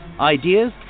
ideas